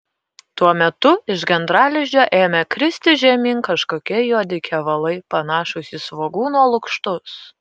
tuo metu iš gandralizdžio ėmė kristi žemyn kažkokie juodi kevalai panašūs į svogūno lukštus